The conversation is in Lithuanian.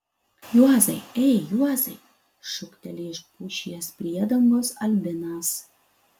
juozai ei juozai šūkteli iš pušies priedangos albinas